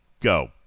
go